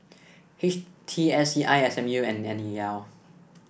H T S C I S M U and N E L